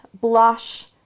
blush